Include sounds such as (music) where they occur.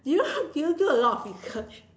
do you (laughs) do you do a lot of research